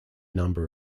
number